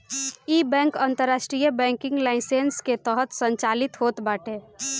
इ बैंक अंतरराष्ट्रीय banking licence के तहत संचालित होत बाटे